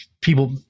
people